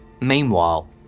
Meanwhile